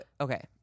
okay